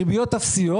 ריביות אפסיות.